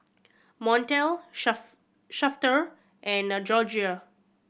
Montel Sharf Shafter and Gregoria